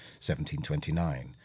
1729